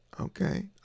Okay